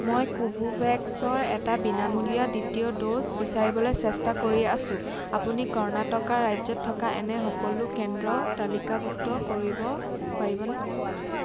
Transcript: মই কোভোভেক্সৰ এটা বিনামূলীয়া দ্বিতীয় ড'জ বিচাৰিবলৈ চেষ্টা কৰি আছোঁ আপুনি কৰ্ণাটকা ৰাজ্যত থকা এনে সকলো কেন্দ্ৰ তালিকাভুক্ত কৰিব পাৰিবনে